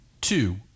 two